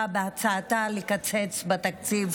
חברת הכנסת עאידה תומא סלימאן,